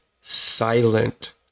silent